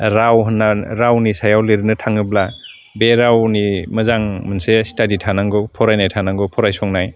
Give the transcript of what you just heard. राव होन्ना रावनि सायाव लिरनो थाङोब्ला बे रावनि मोजां मोनसे स्टादि थानांगौ फरानाय थानांगौ फरायसंनाय